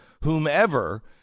whomever